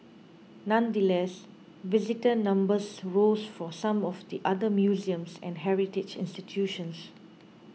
nonetheless visitor numbers rose for some of the other museums and heritage institutions